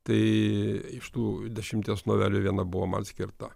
tai iš tų dešimties novelių viena buvo man skirta